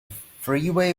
freeway